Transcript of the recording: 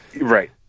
Right